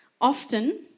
Often